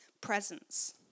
presence